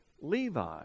Levi